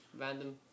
random